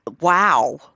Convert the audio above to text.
Wow